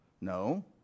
no